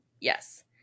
Yes